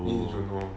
jun hong